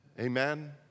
Amen